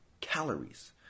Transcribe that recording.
calories